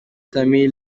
tamil